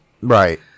Right